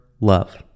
love